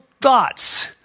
thoughts